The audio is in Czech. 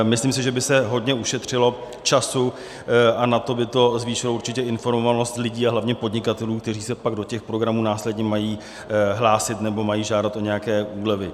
Myslím si, že by se hodně ušetřilo času a nadto by to zvýšilo určitě informovanost lidí a hlavně podnikatelů, kteří se pak do těch programů následně mají hlásit nebo mají žádat o nějaké úlevy.